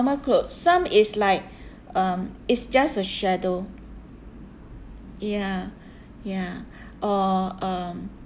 normal clothes some it's like um it's just a shadow ya ya or um